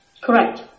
Correct